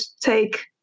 take